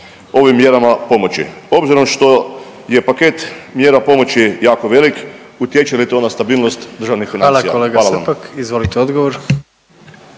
ovim mjerama pomoći. Obzirom što je paket mjera pomoći jako velik utječe li to na stabilnost državnih financija? Hvala vam. **Jandroković, Gordan